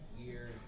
years